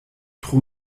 tro